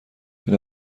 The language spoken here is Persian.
این